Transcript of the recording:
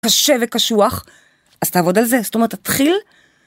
קשה וקשוח אז תעבוד על זה ז'תומרת תתחיל.